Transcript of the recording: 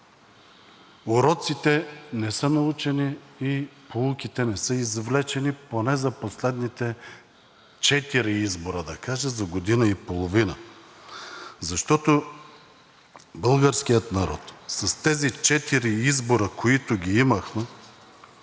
уроците не са научени и поуките не са извлечени поне за последните четири избора, да кажа, за година и половина, защото българският народ с тези четири избора, които ги имахме,